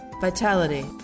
vitality